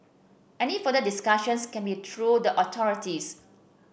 any further discussions can be through the authorities